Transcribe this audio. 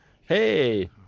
hey